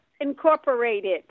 Incorporated